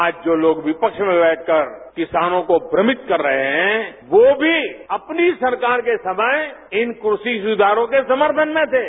आज जो लोग विफ्स में बैठकर किसानों को भ्रमित कर रहे हैं वो भी अपनी सरकार के समय इन कृषि सुधारों के सम्भन में थे